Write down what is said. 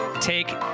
take